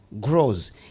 grows